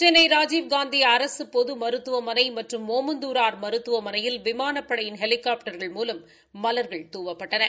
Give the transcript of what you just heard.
சென்னை ராஜீவ்காந்தி அரசு பொது மருத்துவமனை மற்றும் ஒமந்தூராா் மருத்துவமனையில் விமானப்படையின் ஹெலிகாப்டர்கள் மூலம் மலர்கள் தூவப்பட்டன